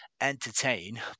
entertain